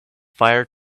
fire